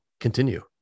Continue